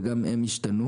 וגם הם השתנו.